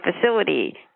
facility